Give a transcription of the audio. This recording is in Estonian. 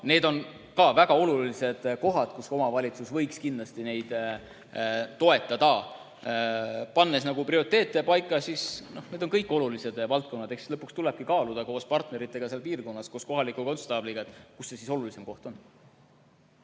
need on ka väga olulised ja omavalitsus võiks kindlasti neid toetada. Pannes prioriteete paika, siis need on kõik olulised valdkonnad. Eks siis lõpuks tulebki kaaluda koos partneritega seal piirkonnas, koos kohaliku konstaabliga, mis see olulisem koht on.